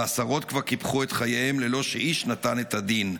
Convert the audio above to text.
ועשרות כבר קיפחו את חייהם ללא שאיש נתן את הדין.